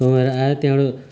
कमाएर आएँ त्यहाँबाट